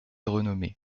renommées